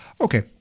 Okay